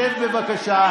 שב, בבקשה.